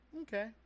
okay